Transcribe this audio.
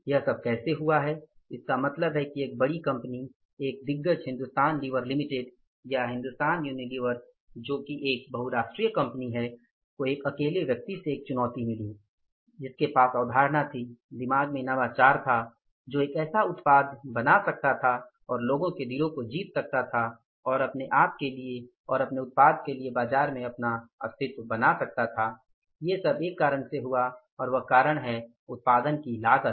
यह सब कैसे हुआ है इसका मतलब है कि एक बड़ी कंपनी एक दिग्गज हिंदुस्तान लीवर लिमिटेड या हिंदुस्तान यूनिलीवर्स जो बहुराष्ट्रीय कंपनी है को एक अकेले व्यक्ति से एक चुनौती मिली जिसके अवधारणा थी दिमाग में नवाचार था जो एक ऐसा उत्पाद बना सकता था और लोगो के दिलों को जीत सकता था और अपने आप के लिए और अपने उत्पाद के लिए बाजार में अपना अस्तित्व बना सकता था ये सब एक कारण से हुआ और वह कारण है उत्पादन की लागत